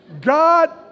God